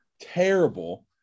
Terrible